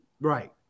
Right